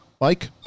Mike